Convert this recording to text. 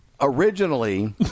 Originally